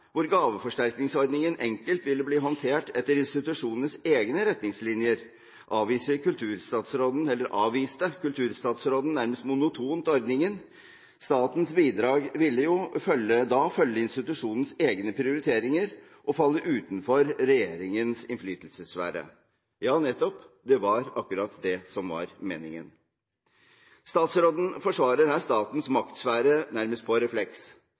hvor gaveforsterkningsordningen enkelt ville bli håndtert etter institusjonenes egne retningslinjer, avviste kulturstatsråden monotont ordningen. Statens bidrag ville jo da følge institusjonenes egne prioriteringer og falle utenfor regjeringens innflytelsessfære. Ja nettopp, det var akkurat det som var meningen. Statsråden forsvarer her statens maktsfære nærmest på refleks.